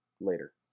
later